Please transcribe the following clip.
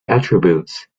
attributes